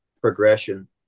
progression